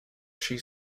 she